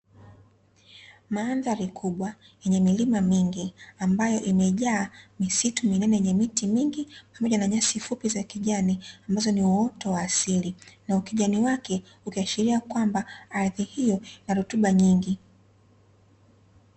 Mandhari kubwa yenye milima mingi, ambayo imejaa misitu minene yenye miti mingi pamoja na nyasi fupi za kijani , ambazo ni uoto wa asili na ukijani wake ukiashiria kwamba ardhi hiyo inarutuba nyingi.